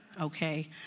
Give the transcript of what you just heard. Okay